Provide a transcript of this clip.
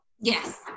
Yes